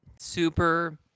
super